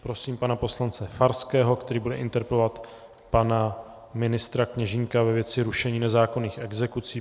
Prosím pana poslance Farského, který bude interpelovat pana ministra Kněžínka ve věci rušení nezákonných exekucí.